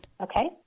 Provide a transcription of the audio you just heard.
Okay